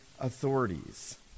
authorities